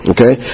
Okay